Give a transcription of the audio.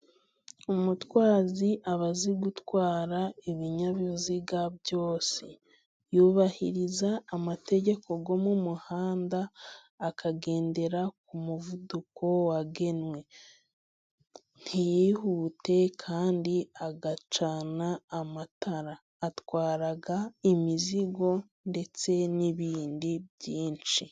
Umutwazi aba azi gutwara ibinyabiziga byose yubahiriza amategeko yo mu muhanda, akagendera ku muvuduko wagenwe ntiyihute, kandi agacana amatara. Atwara imizigo ndetse n'ibindi byinshi.